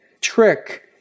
trick